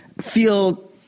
feel